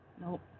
Nope